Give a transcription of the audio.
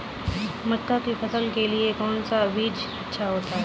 मक्का की फसल के लिए कौन सा बीज अच्छा होता है?